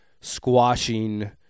squashing